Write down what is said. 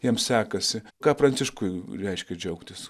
jam sekasi ką pranciškui reiškia džiaugtis